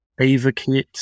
Avakit